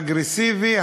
אגרסיבי,